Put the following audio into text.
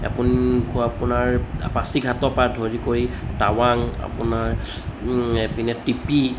আপোনাৰ আপোনাৰ পাছিঘাটৰ পৰা ধৰি কৰি টাৱাং আপোনাৰ এইপিনে টিপি